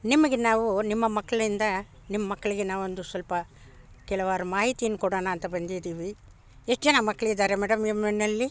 ನಿಮಗೆ ನಾವು ನಿಮ್ಮ ಮಕ್ಳಿಂದ ನಿಮ್ಮಕ್ಳಿಗೆ ನಾವೊಂದು ಸ್ವಲ್ಪ ಕೆಲವಾರು ಮಾಹಿತಿನ್ನ ಕೊಡೋಣ ಅಂತ ಬಂದಿದ್ದೀವಿ ಎಷ್ಟು ಜನ ಮಕ್ಳಿದ್ದಾರೆ ಮೇಡಮ್ ನಿಮ್ಮನೆಲ್ಲಿ